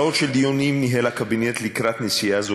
שעות של דיונים ניהל הקבינט לקראת נסיעה זו